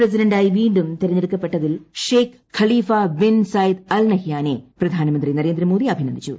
പ്രസിഡന്റായി വീണ്ടും തെരഞ്ഞെട്ടുക്കപ്പെട്ടതിൽ Sheikh Khalifa bin Zayed Al നഹ്യാനെ പ്രധാന്റ്മന്ത്രി ്നരേന്ദ്ര മോദി അഭിനന്ദിച്ചു